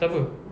siapa